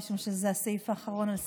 משום שזה הסעיף האחרון על סדר-היום.